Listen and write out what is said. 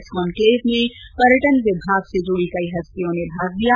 इस कॉन्क्लेव में पर्यटन विमाग से जुड़ी कई हस्तियों ने भाग लिया